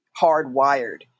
hardwired